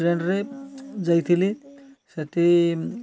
ଟ୍ରେନ୍ରେ ଯାଇଥିଲି ସେଠି